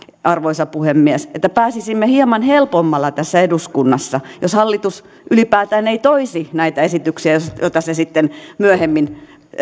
arvoisa puhemies että pääsisimme hieman helpommalla tässä eduskunnassa jos hallitus ylipäätään ei toisi näitä esityksiä joita se sitten myöhemmin